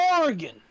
Oregon